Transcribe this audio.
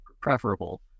preferable